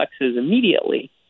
immediately